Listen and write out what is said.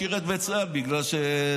לפחות קראתי שהוא לא שירת בצה"ל בגלל זה.